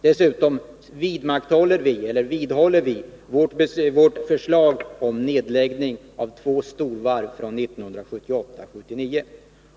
Dessutom vidhåller vi vårt förslag från 1978/79 om nedläggning av två storvarv.